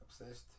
Obsessed